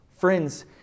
Friends